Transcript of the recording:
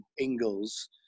Ingalls